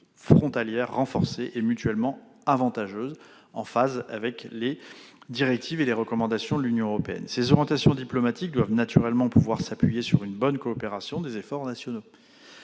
frontalière renforcée et mutuellement avantageuse, en phase avec les directives et les recommandations de l'Union européenne. Ces orientations diplomatiques doivent naturellement pouvoir s'appuyer sur une bonne coopération des efforts nationaux.